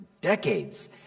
decades